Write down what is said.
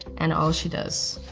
and all she does.